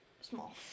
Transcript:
small